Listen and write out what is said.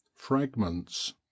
fragments